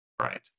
right